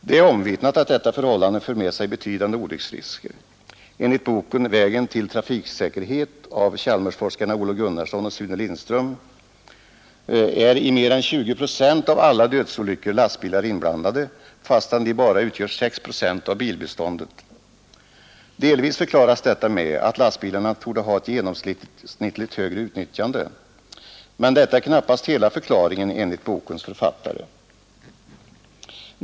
Det är omvittnat att detta förhållande för med sig betydande olycksfallsrisker. Enligt boken Vägen till trafiksäkerhet, av Chalmersforskarna Olov Gunnarsson och Sune Lindström är i mer än 20 procent av alla dödsolyckor lastbilar inblandade, fastän de bara utgör 6 procent av bilbeståndet. Delvis förklaras detta med att lastbilarna torde ha ett genomsnittligt högre utnyttjande. Men detta är knappast hela förklaringen, enligt bokens författare.